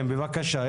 בבקשה,